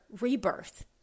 rebirth